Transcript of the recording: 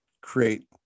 create